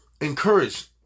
encourage